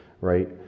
right